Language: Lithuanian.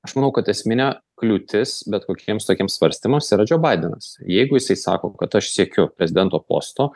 aš manau kad esminė kliūtis bet kokiems tokiems svarstymams yra džo baidenas jeigu jisai sako kad aš siekiu prezidento posto